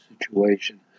situation